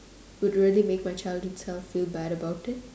would really make my childhood self feel bad about it